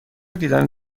دیدن